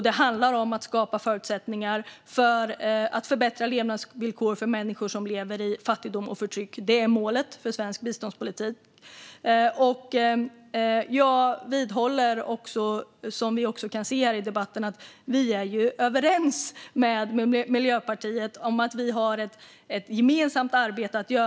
Det handlar om att skapa förutsättningar för att förbättra levnadsvillkoren för människor som lever i fattigdom och förtryck. Detta är målet för svensk biståndspolitik. Jag vidhåller, vilket går att se här i debatten, att Socialdemokraterna är överens med Miljöpartiet om att vi har ett gemensamt arbete att göra.